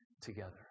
together